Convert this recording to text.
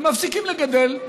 הם מפסיקים לגדל,